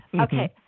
Okay